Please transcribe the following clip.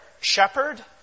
shepherd